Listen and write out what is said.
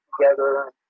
together